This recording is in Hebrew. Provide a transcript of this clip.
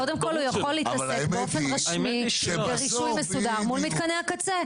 קודם כל הוא יכול להתעסק באופן רשמי ברישוי מסודר מול מתקני הקצה.